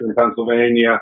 Pennsylvania –